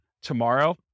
tomorrow